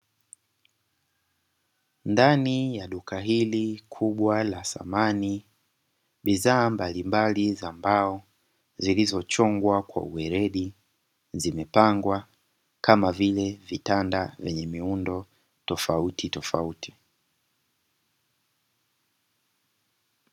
Ndani ya duka hili kubwa la samani bidhaa mbalimbali za mbao zilizochongwa kwa weledi zimepangwa kama vile vitanda vyenye miundo tofautitofauti.